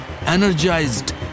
Energized